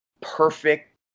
perfect